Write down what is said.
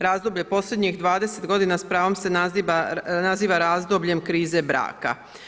Razdoblje posljednjih 20 godina s pravom se naziva razdobljem krize braka.